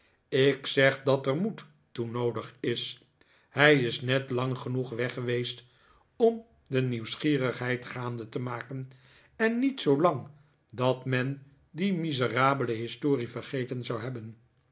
ik zeg dat er moed toe noodig is hij is net lang genoeg weg geweest om de nieuwsgierigheid gaande te maken en niet zoolang dat men die miserabele historic vergeten zou hebben